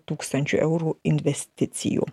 tūkstančių eurų investicijų